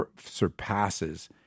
surpasses